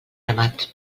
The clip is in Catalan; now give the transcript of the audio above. ramat